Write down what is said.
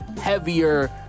heavier